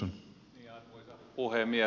arvoisa puhemies